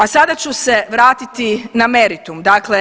A sada ću se vratiti na meritum, dakle